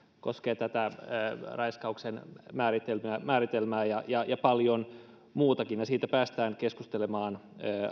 koskee raiskauksen määritelmää ja ja paljon muutakin ja siitä päästään keskustelemaan